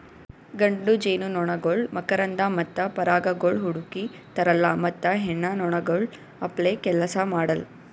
ಗಂಡು ಜೇನುನೊಣಗೊಳ್ ಮಕರಂದ ಮತ್ತ ಪರಾಗಗೊಳ್ ಹುಡುಕಿ ತರಲ್ಲಾ ಮತ್ತ ಹೆಣ್ಣ ನೊಣಗೊಳ್ ಅಪ್ಲೇ ಕೆಲಸ ಮಾಡಲ್